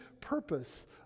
purpose